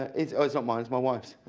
it's ah it's not mine, it's my wife,